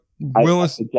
willis